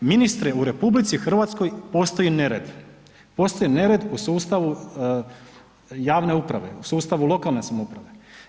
Ministre u RH postoji nered, postoji nered u sustavu javne uprave, u sustavu lokalne samouprave.